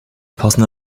passende